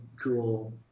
cool